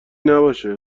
نباشه